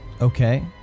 Okay